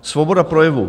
Svoboda projevu.